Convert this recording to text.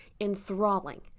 enthralling